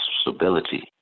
stability